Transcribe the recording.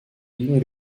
wien